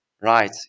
Right